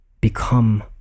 become